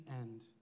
end